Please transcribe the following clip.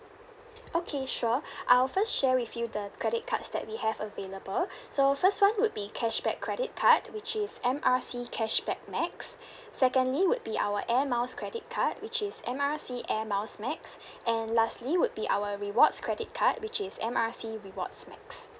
okay sure I will first share with you the credit cards that we have available so first one would be cashback credit card which is M R C cashback max secondly would be our air miles credit card which is M R C air miles max and lastly would be our rewards credit card which is M R C rewards max